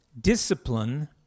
discipline